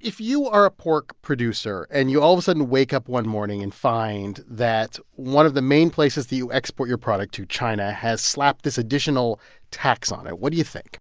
if you are a pork producer and you all of a sudden wake up one morning and find that one of the main places that you export your product to, china, has slapped this additional tax on it, what do you think?